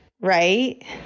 Right